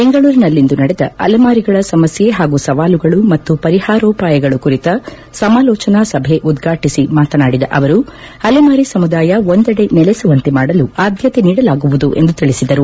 ಬೆಂಗಳೂರಿನಲ್ಲಿಂದು ನಡೆದ ಅಲೆಮಾರಿಗಳ ಸಮಸ್ನೆ ಹಾಗೂ ಸವಾಲುಗಳು ಮತ್ತು ಪರಿಹಾರೋಪಯಗಳು ಕುರಿತ ಸಮಾಲೋಚನಾ ಸಭೆ ಉದ್ವಾಟಿಸಿ ಮಾತನಾಡಿದ ಅವರು ಅಲೆಮಾರಿ ಸಮುದಾಯ ಒಂದೆಡೆ ನೆಲೆಸುವಂತೆ ಮಾಡಲು ಆದ್ದತೆ ನೀಡಲಾಗುವುದು ಎಂದು ತಿಳಿಸಿದರು